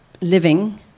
living